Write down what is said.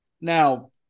now